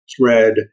thread